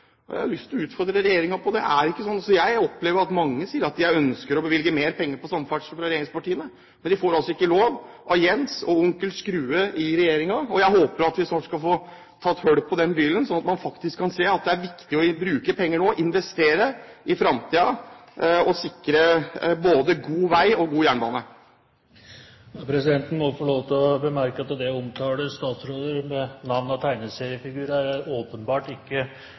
vårt. Jeg har lyst til å utfordre regjeringen på det. Jeg opplever at mange fra regjeringspartiene sier at de ønsker å bevilge mer penger til samferdsel, men de får altså ikke lov av Jens og Onkel Skrue i regjeringen. Jeg håper at vi snart skal få tatt høl på den byllen, slik at man faktisk kan se at det er viktig å bruke penger nå og investere i fremtiden og sikre både god vei og god jernbane. Presidenten må få lov til å bemerke at det å omtale statsråder med navn på tegneseriefigurer åpenbart ikke